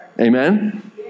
Amen